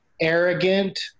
arrogant